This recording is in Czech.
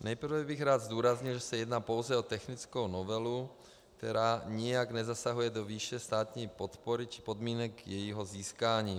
Nejprve bych rád zdůraznil, že se jedná pouze o technickou novelu, která nijak nezasahuje do výše státní podpory či podmínek jejího získání.